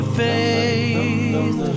faith